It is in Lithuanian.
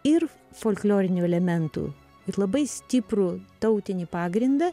ir folklorinių elementų ir labai stiprų tautinį pagrindą